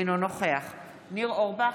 אינו נוכח ניר אורבך,